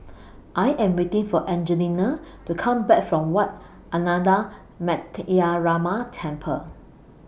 I Am waiting For Angelina to Come Back from Wat Ananda Metyarama Temple